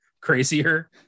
crazier